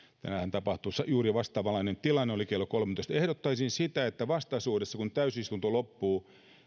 tänään juuri vastaavanlainen tilanne oli kello kolmetoista ehdottaisin sitä että vastaisuudessa kun täysistunto loppuu